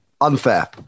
Unfair